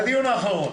בדיון האחרון